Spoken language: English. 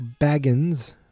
Baggins